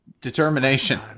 Determination